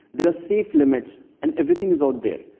there are safe limits, and everything is out there.